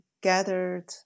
gathered